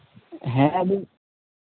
ᱦᱮᱸ ᱟᱫᱚ